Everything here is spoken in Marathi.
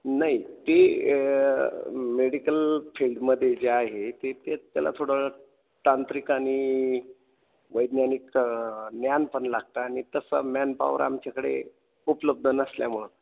नाही ते मेडिकल फील्डमध्ये जे आहे ते ते त्याला थोडं तांत्रिक आणि वैज्ञानिक ज्ञान पण लागतं आणि तसं मॅनपावर आमच्याकडे उपलब्ध नसल्यामुळं